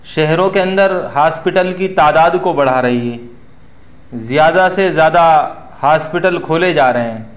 شہروں کے اندر ہاسپٹل کی تعداد کو بڑھا رہی ہے زیادہ سے زیادہ ہاسپٹل کھولے جا رہے ہیں